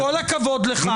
עם כל הכבוד לך,